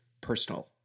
personal